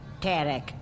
Tarek